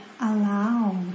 allow